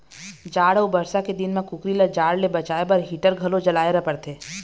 जाड़ अउ बरसा के दिन म कुकरी ल जाड़ ले बचाए बर हीटर घलो जलाए ल परथे